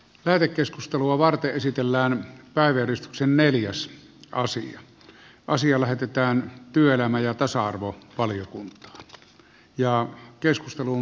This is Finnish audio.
lähetekeskustelua varten esitellään päivitys on puhemiesneuvosto ehdottaa että asia lähetetään työelämä ja tasa arvovaliokuntaan